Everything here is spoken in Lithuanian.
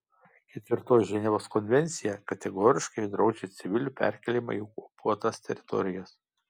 ketvirtoji ženevos konvencija kategoriškai draudžia civilių perkėlimą į okupuotas teritorijas